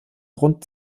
rund